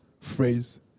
phrase